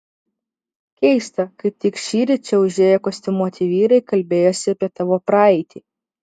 keista kaip tik šįryt čia užėję kostiumuoti vyrai kalbėjosi apie tavo praeitį